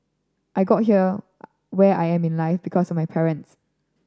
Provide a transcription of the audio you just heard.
I got to here where I am in life because of my parents